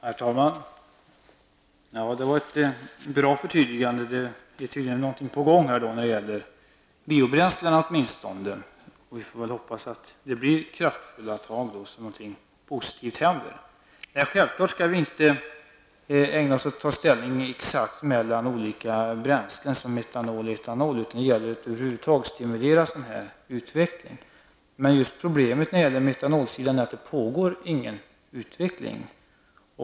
Herr talman! Det var ett bra förtydligande. Det är tydligen någonting på gång åtminstone när det gäller biobränslen. Vi får väl hoppas att det blir kraftfulla tag, så att någonting positivt händer. Självfallet skall vi inte ägna oss åt att exakt ta ställning till olika bränslen, som metanol och etanol, utan det gäller att över huvud taget stimulera sådan här utveckling. Problemet när det gäller metanol är att det inte pågår någon utveckling.